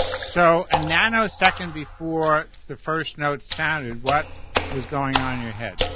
so a nanosecond before the first note sounded what was going on in your head.